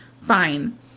fine